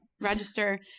register